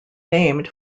named